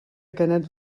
canet